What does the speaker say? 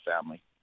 family